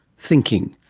thinking.